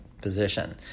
position